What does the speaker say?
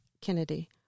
Kennedy